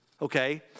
Okay